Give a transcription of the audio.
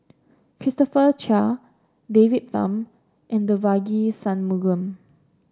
Christopher Chia David Tham and Devagi Sanmugam